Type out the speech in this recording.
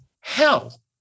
hell